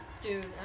Dude